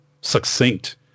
succinct